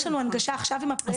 יש לנו הנגשה עכשיו עם הפרויקט הזה.